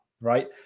right